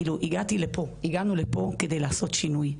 הגענו לפה כדי לעשות שינוי.